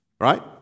Right